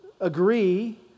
agree